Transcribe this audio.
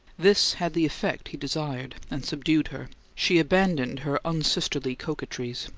this had the effect he desired, and subdued her she abandoned her unsisterly coquetries,